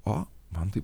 o man tai